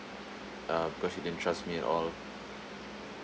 uh cause she didn't trust me at all